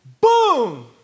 Boom